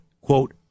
quote